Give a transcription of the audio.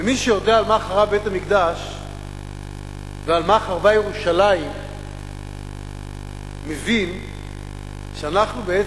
ומי שיודע על מה חרב בית-המקדש ועל מה חרבה ירושלים מבין שאנחנו בעצם,